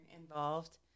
involved